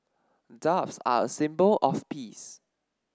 doves are a symbol of peace